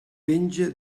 penja